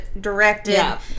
directed